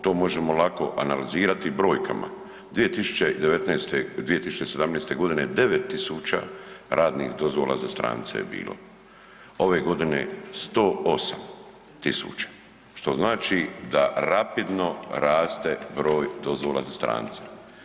To možemo lako analizirati brojkama 2019., 2017. godine 9.000 radnih dozvola za strance je bilo, ove godine 108.000 što znači da rapidno raste broj dozvola za strance.